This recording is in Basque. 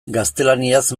gaztelaniaz